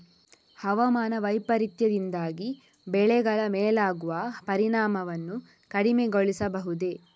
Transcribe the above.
ಹವಾಮಾನ ವೈಪರೀತ್ಯದಿಂದಾಗಿ ಬೆಳೆಗಳ ಮೇಲಾಗುವ ಪರಿಣಾಮವನ್ನು ಕಡಿಮೆಗೊಳಿಸಬಹುದೇ?